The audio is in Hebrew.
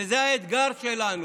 וזה האתגר שלנו.